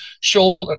shoulder